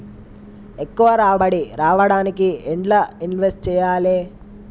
ఎక్కువ రాబడి రావడానికి ఎండ్ల ఇన్వెస్ట్ చేయాలే?